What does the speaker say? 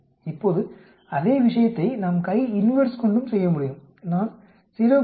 இப்போது அதே விஷயத்தை நாம் CHI INVERSE கொண்டும் செய்யமுடியும் நான் 0